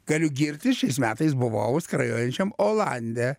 galiu girtis šiais metais buvau skrajojančiam olande